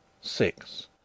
six